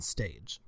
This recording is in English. Stage